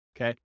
okay